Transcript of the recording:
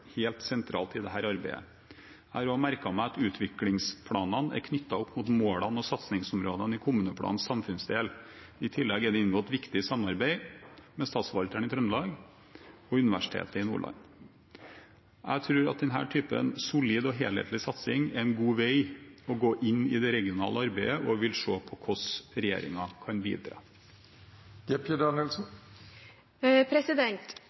helt sentralt i dette arbeidet. Jeg har også merket meg at utviklingsplanen er knyttet opp mot målene og satsingsområdene i kommuneplanens samfunnsdel. I tillegg er det inngått et viktig samarbeid med Statsforvalteren i Trøndelag og Universitetet i Nordland. Jeg tror at denne typen solid og helhetlig satsing er en god vei å gå i det regionale arbeidet, og vi vil se på hvordan regjeringen kan bidra.